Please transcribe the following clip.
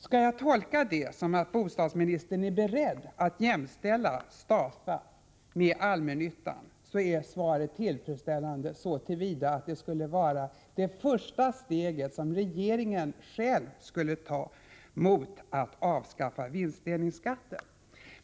Skall jag tolka det som så att bostadsministern är beredd att jämställa Stafa med allmännyttan, är svaret tillfredsställande så till vida att det skulle vara det första steg som regeringen själv skulle ta mot att avskaffa vinstdelningsskatten.